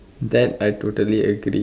that I totally agree